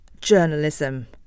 journalism